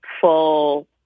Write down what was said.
full